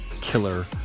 killer